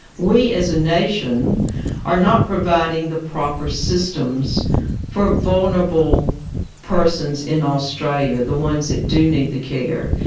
we as a nation are not providing the proper systems for vulnerable persons in australia, the ones that do need the care.